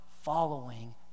following